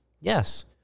Yes